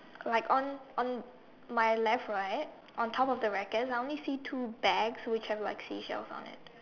like on on my left right on top of the rackets I only see two bags which has like seashells on it